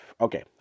Okay